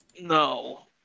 No